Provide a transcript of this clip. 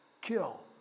Kill